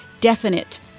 definite